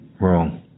wrong